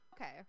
Okay